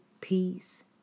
peace